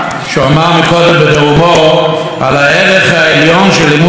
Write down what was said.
לימוד התורה תוך שמירה על אחדות העם.